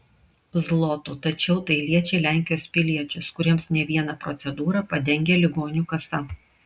zlotų tačiau tai liečia lenkijos piliečius kuriems ne vieną procedūrą padengia ligonių kasa